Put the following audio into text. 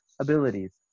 abilities